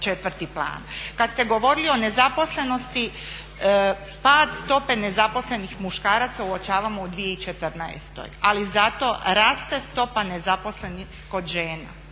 Kad ste govorili o nezaposlenosti, pad stope nezaposlenih muškaraca uočavamo u 2014. Ali zato raste stopa nezaposlenosti kod žena.